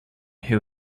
who